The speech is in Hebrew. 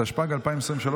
התשפ"ג 2023,